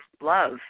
love